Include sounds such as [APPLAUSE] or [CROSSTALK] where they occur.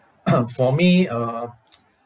[NOISE] for me uh [NOISE]